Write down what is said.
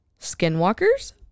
skinwalkers